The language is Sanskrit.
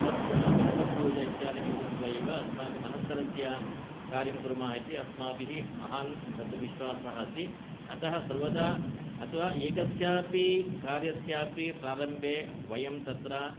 तच्च गणपतिपूजा इत्यादिकङ्कृत्वा एव अस्माकम् अनन्तरस्य कार्यं कुर्मः इति अस्माभिः महान् तत् विश्वासः अस्ति अतः सर्वदा अथवा एकस्यापि कार्यस्यापि प्रारम्भे वयं तत्र